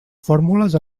fórmules